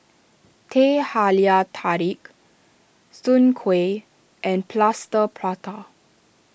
Teh Halia Tarik Soon Kueh and Plaster Prata